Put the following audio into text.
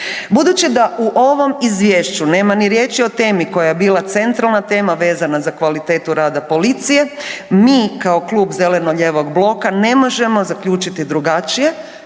Budući da u ovom izvješću nema ni riječi o temi koja je bila centralna tema vezana za kvalitetu rada policije mi kao Klub zeleno-lijevog bloka ne možemo zaključiti drugačije